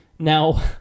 Now